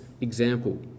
example